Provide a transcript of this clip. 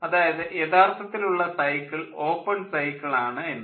അതായത് യഥാർത്ഥത്തിലുള്ള cycle open cycle ആണ് എന്ന്